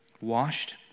Washed